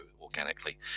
organically